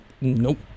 nope